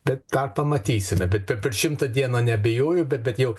bet tą pamatysime bet per per šimtą dieną neabejoju bet bet jau